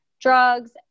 drugs